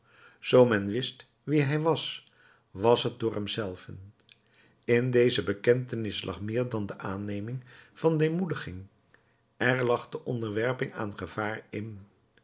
men wist wie hij was was t door hem zelven in deze bekentenis lag meer dan de aanneming van deemoediging er lag de onderwerping aan gevaar in